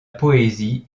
poésie